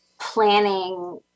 Planning